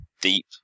deep